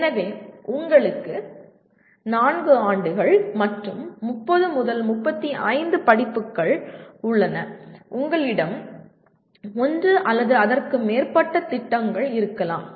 எனவே உங்களுக்கு 4 ஆண்டுகள் மற்றும் 30 35 படிப்புகள் உள்ளன உங்களிடம் ஒன்று அல்லது அதற்கு மேற்பட்ட திட்டங்கள் இருக்கலாம்